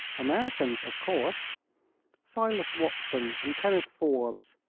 americans, of course silas watson and kenneth forbes.